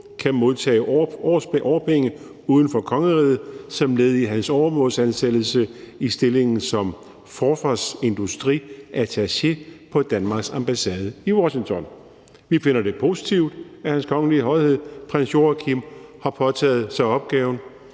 kan modtage årpenge uden for kongeriget som led i sin åremålsansættelse i stillingen som forsvarsindustriattaché på Danmarks ambassade i Washington. Vi finder det positivt, at Hans Kongelige Højhed Prins Joachim har påtaget sig opgaven,